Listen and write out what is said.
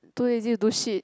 too lazy to do shit